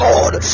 Lord